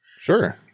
Sure